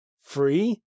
free